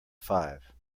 five